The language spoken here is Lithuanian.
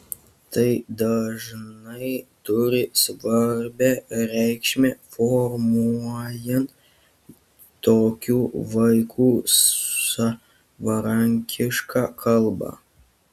tai dažnai turi svarbią reikšmę formuojant tokių vaikų savarankišką kalbą